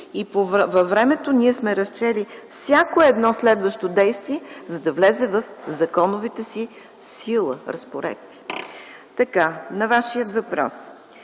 и във времето ние сме разчели всяко едно следващо действие, за да влезе в законовата си сила. На вашият въпрос.